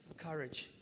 Courage